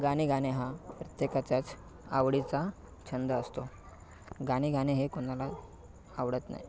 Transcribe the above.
गाणे गाणे हा प्रत्येकाच्याच आवडीचा छंद असतो गाणे गाणे हे कोणाला आवडत नाही